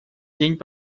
день